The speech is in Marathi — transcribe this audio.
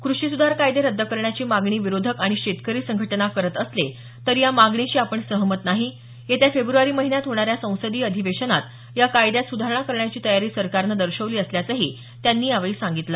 कृषी सुधार कायदे रद्द करण्याची मागणी विरोधक आणि शेतकरी संघटना करत असले तरी या मागणीशी आपण सहमत नाही येत्या फेब्रवारी महिन्यात होणाऱ्या संसदीय अधिवेशनात या कायद्यात सुधारणा करण्याची तयारी सरकारनं दर्शवली असल्याचंही त्यांनी यावेळी सांगितलं